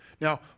Now